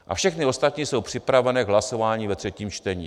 A všechny ostatní jsou připravené k hlasování ve třetím čtení.